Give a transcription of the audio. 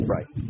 Right